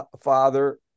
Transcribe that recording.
father